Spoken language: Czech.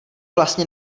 vlastně